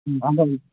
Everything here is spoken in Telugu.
అందరు